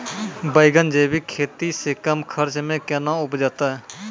बैंगन जैविक खेती से कम खर्च मे कैना उपजते?